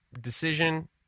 decision